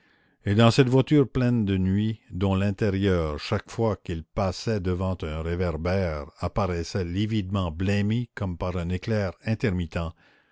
et dans cette voiture pleine de nuit dont l'intérieur chaque fois qu'elle passait devant un réverbère apparaissait lividement blêmi comme par un éclair intermittent